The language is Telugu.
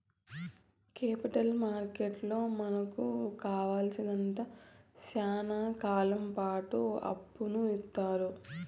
కేపిటల్ మార్కెట్లో మనకు కావాలసినంత శ్యానా కాలంపాటు అప్పును ఇత్తారు